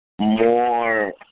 more